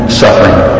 suffering